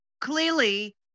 clearly